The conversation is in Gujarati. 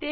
શકીએ